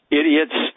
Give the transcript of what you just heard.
idiots